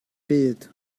byd